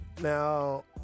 now